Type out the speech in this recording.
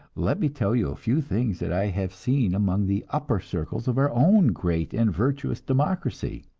let me tell you a few things that i have seen among the upper circles of our own great and virtuous democracy.